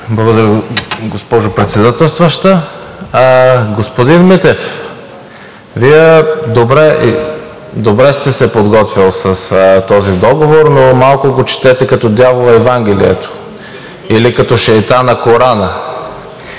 Благодаря, госпожо Председателстваща. Господин Митев, Вие добре сте се подготвили с този договор, но малко го четете като дявола Евангелието или като шейтана Корана.